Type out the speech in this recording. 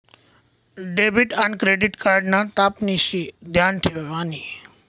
debit आन credit card ना तपशिनी ध्यान ठेवानी